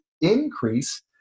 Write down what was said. increase